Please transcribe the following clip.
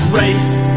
race